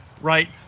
Right